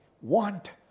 want